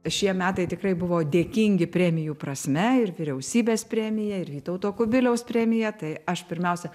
šie metai tikrai buvo dėkingi premijų prasme ir vyriausybės premija ir vytauto kubiliaus premija tai aš pirmiausia